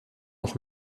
noch